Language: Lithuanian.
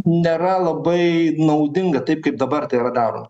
nėra labai naudinga taip kaip dabar tai yra daroma